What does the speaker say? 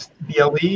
BLE